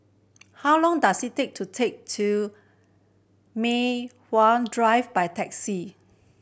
how long does it take to take to Mei Hwan Drive by taxi